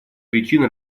причин